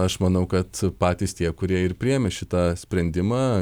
aš manau kad patys tie kurie ir priėmė šitą sprendimą